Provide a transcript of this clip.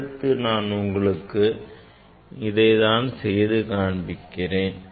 அடுத்து நான் உங்களுக்கு அதை செய்து காண்பிக்கிறேன்